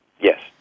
Yes